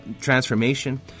transformation